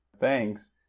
Thanks